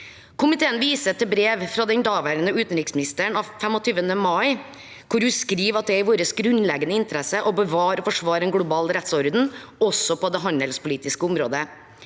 Komiteen viser til brev fra den daværende utenriksministeren av 25. mai, hvor hun skriver at det er i vår grunnleggende interesse å bevare og forsvare en global rettsorden, også på det handelspolitiske området.